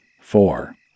Four